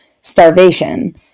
starvation